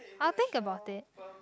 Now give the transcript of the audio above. I'll think about it